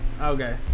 Okay